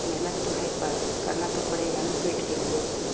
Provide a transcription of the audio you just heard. मेहनत तो है पर करना तो पड़ेगा न पेट के लिए